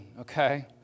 okay